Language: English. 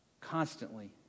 constantly